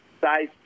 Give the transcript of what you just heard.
size